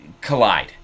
collide